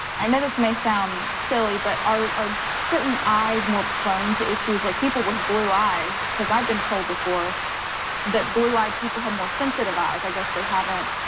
i know this may sound silly but are certain eyes more prone to issues, like people with blue eyes cause i've been told before that blue-eyed people have more sensitive eyes. i guess they haven't